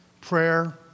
prayer